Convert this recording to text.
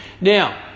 Now